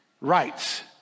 Rights